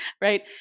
right